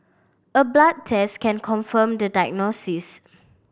a blood test can confirm the diagnosis